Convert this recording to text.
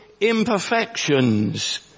imperfections